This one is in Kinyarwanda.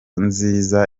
nziza